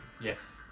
yes